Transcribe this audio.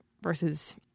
versus